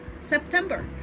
September